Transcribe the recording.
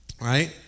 right